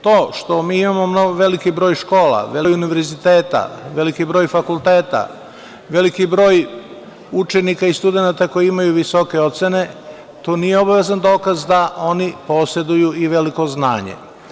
To što mi imamo veliki broj škola, veliki broj univerziteta, veliki broj fakulteta, veliki broj učenika i studenata koji imaju visoke ocene, to nije obavezan dokaz da oni poseduju i veliko znanje.